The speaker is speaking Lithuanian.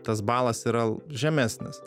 tas balas yra žemesnis